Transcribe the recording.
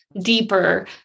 deeper